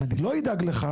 אם אני לא אדאג לך,